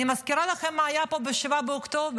אני מזכירה לכם מה היה פה ב-7 באוקטובר,